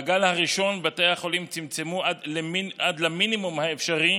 בגל הראשון בתי החולים צמצמו עד למינימום האפשרי